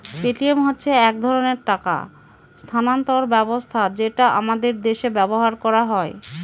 Paytm হচ্ছে এক ধরনের টাকা স্থানান্তর ব্যবস্থা যেটা আমাদের দেশে ব্যবহার করা হয়